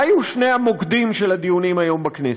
מה היו שני המוקדים של הדיונים היום בכנסת?